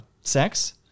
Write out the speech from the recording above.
sex